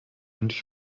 und